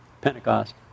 Pentecost